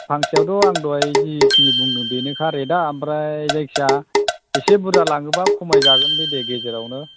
फांसेयावथ' आं दहाय जिखिनि बुंदों बेनोखा रेटआ ओमफ्राय जायखिजाया एसे बुरजा लाङोबा खमायजागोन बे दे गेजेरावनो